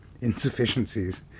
insufficiencies